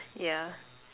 yeah